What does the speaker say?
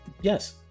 Yes